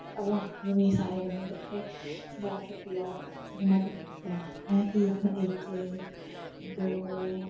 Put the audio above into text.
अऊं आक्खनी होन्नी सारें बच्चेंई जाओ शप्पी जाओ ते में तुसें तुप्पना में फ्ही आक्खना इक दो